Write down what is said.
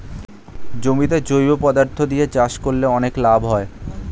জমিতে জৈব পদার্থ দিয়ে চাষ করলে অনেক লাভ হয়